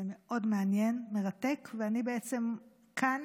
זה מאוד מעניין, מרתק, ואני בעצם כאן